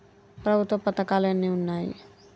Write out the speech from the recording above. ప్రభుత్వ పథకాలు ఎన్ని ఉన్నాయి?